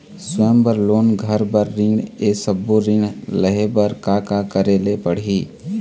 स्वयं बर लोन, घर बर ऋण, ये सब्बो ऋण लहे बर का का करे ले पड़ही?